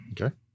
okay